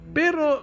pero